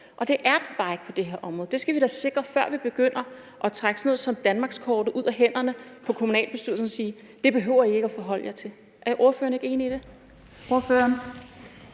Det er den bare ikke på det her område, og det skal vi da sikre, før vi begynder at trække sådan noget som danmarkskortet ud af hænderne på kommunalbestyrelsen og sige, at det behøver I ikke at forholde jer til. Er ordføreren ikke enig i det?